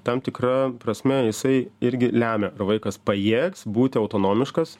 tam tikra prasme jisai irgi lemia ar vaikas pajėgs būti autonomiškas